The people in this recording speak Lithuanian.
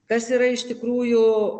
kas yra iš tikrųjų